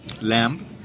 lamb